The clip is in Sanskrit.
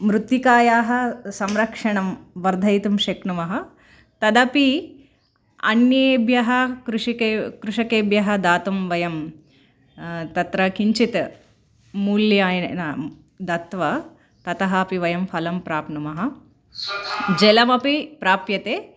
मृत्तिकायाः संरक्षणं वर्धयितुं शक्नुमः तदपि अन्येभ्यः कृषिके कृषकेभ्यः दातुं वयं तत्र किञ्चित् मूल्येन दत्वा ततः अपि वयं फलं प्राप्नुमः जलमपि प्राप्यते